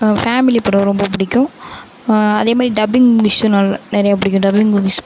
family படம் ரொம்ப பிடிக்கும் அதே மாதிரி டப்பிங் மூவிஸ்ஸும் நல் நிறையா பிடிக்கும் டப்பிங் மூவிஸ்